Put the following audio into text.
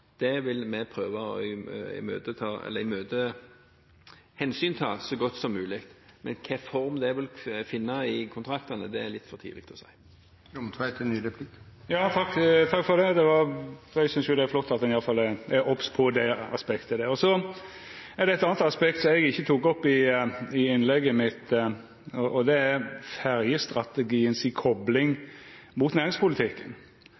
løsninger, vil vi kunne ta det med oss. Det vil vi prøve å hensynta så godt som mulig. Hvilken form det vil finne i kontraktene, er litt for tidlig å si. Takk for det. Eg synest det er flott at ein i alle fall er obs på det aspektet. Det er eit anna aspekt som eg ikkje tok opp i innlegget mitt. Det gjeld ferjestrategien si